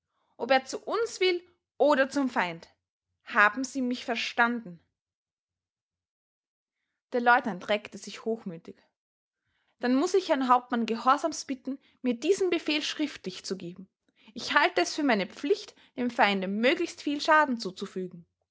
ob er zu uns will oder zum feind haben sie mich verstanden der leutnant reckte sich hochmütig dann muß ich herrn hauptmann gehorsamst bitten mir diesen befehl schriftlich zu geben ich halte es für meine pflicht dem feinde möglichst viel schaden zuzufügen